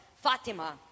Fatima